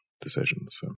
decisions